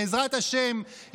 בעזרת השם,